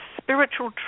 spiritual